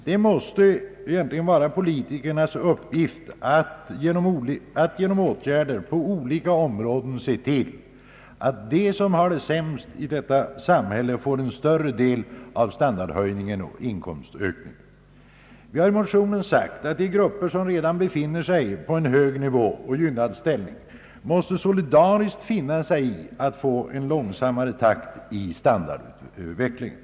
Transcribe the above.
Det måste vara politikernas uppgift att genom åtgärder på olika områden se till att de som har det sämst ställt i detta samhälle får en större del av standardhöjningen och inkomstökningen. Vi har i motionen sagt att de grupper som redan befinner sig på en hög nivå och har en gynnad ställning måste solidariskt finna sig i att få en långsammare takt i standardutvecklingen.